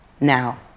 now